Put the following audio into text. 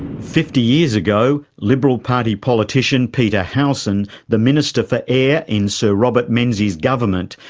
fifty years ago liberal party politician peter howson, the minister for air in sir robert menzies' government,